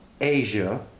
Asia